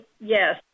yes